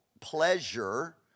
pleasure